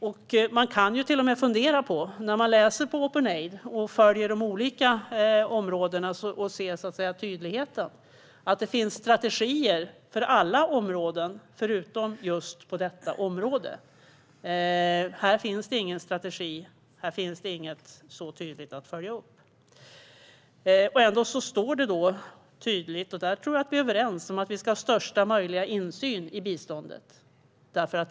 När man läser vad som står där - när man följer de olika områdena och ser tydligheten - märker man att det finns strategier för alla områden utom just detta, vilket man ju kan fundera på. Här finns ingen strategi. Här finns ingenting så tydligt att följa upp. Ändå står det tydligt att vi ska ha största möjliga insyn i biståndet, vilket jag tror att vi är överens om.